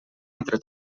entre